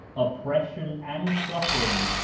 oppression and suffering,